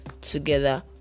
Together